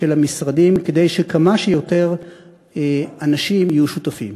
של המשרדים, כדי שכמה שיותר אנשים יהיו שותפים.